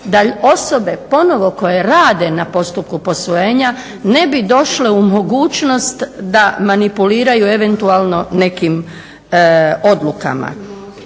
da osobe ponovo koje rade na postupku posvojenja ne bi došle u mogućnost da manipuliraju eventualno nekim odlukama.